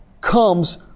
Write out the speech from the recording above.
comes